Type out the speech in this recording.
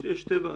שתי ועדות.